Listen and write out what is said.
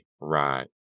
right